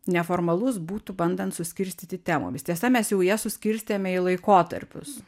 neformalus būtų bandant suskirstyti temomis tiesa mes jau jas suskirstėme į laikotarpius